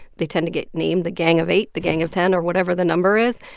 they tend to get named the gang of eight, the gang of ten or whatever the number is.